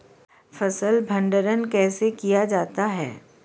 फ़सल भंडारण कैसे किया जाता है?